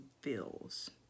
bills